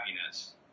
happiness